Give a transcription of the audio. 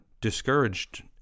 discouraged